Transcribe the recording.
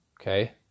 Okay